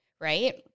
Right